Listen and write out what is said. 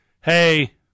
hey